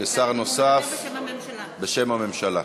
נוסף בשם הממשלה.